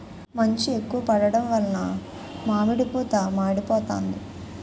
మంచు ఎక్కువ పడడం వలన మామిడి పూత మాడిపోతాంది